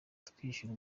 twishyura